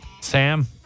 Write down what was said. Sam